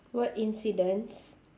what incidents